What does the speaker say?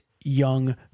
young